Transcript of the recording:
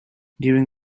during